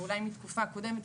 ואולי מתקופה קודמת,